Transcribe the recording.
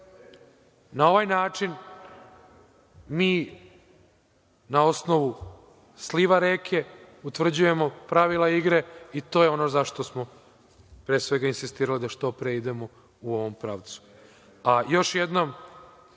Na ovaj način mi, na osnovu sliva reke, utvrđujemo pravila igre i to je ono za šta smo pre svega insistirali da što pre idemo u ovom pravcu. Još